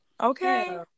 Okay